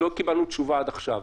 עוד לא קיבלנו תשובה עד עכשיו.